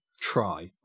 try